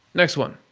next one.